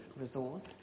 resource